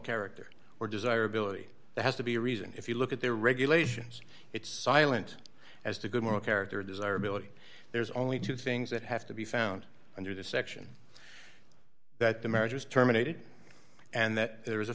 character or desirability there has to be a reason if you look at their regulations it's silent as to good moral character desirability there's only two things that have to be found under the section that the marriage is terminated and that there is a